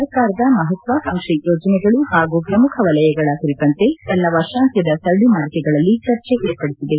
ಸರ್ಕಾರದ ಮಹತ್ವಾಕಾಂಕ್ಷಿ ಯೋಜನೆಗಳು ಹಾಗೂ ಪ್ರಮುಖ ವಲಯಗಳ ಕುರಿತಂತೆ ತನ್ನ ವರ್ಷಾಂತ್ಯದ ಸರಣಿ ಮಾಲಿಕೆಗಳಲ್ಲಿ ಚರ್ಚೆ ಏರ್ಪಡಿಸಿದೆ